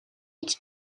its